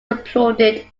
applauded